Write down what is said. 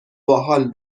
باحال